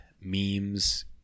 memes